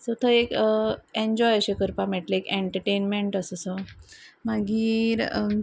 so थंय एक enjoy अशे करपाक मेळटले एक एंटरटेनमेंट असो असो मागीर